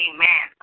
Amen